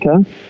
Okay